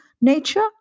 nature